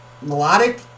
melodic